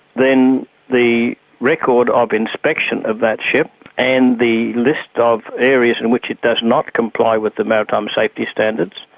then the record of inspection of that ship and the list ah of areas in which it does not comply with the maritime safety standards,